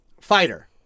Fighter